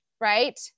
right